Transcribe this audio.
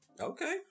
okay